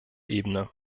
ebene